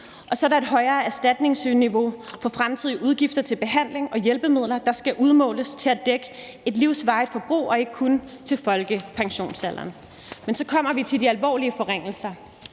Så er der et højere erstatningsniveau for fremtidige udgifter til behandling og hjælpemidler; de skal udmåles til at dække et livsvarigt forbrug og ikke kun til folkepensionsalderen. Så kommer vi til de alvorlige forringelser.